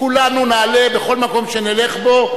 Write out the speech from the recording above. כולנו נעלה בכל מקום שנלך בו,